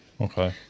Okay